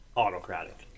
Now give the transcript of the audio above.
autocratic